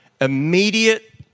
immediate